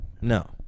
No